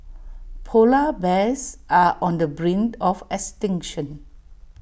Polar Bears are on the brink of extinction